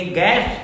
gas